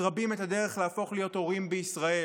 רבים את הדרך להפוך להיות הורים בישראל.